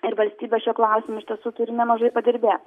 ir valstybė šiuo klausimu iš tiesų turi nemažai padirbėt